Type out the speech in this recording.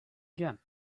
again